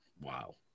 Wow